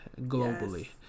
globally